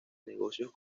negocios